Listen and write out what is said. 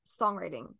songwriting